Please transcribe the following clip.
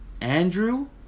Andrew